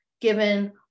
given